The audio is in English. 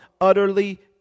utterly